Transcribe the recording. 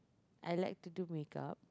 I like to do make-up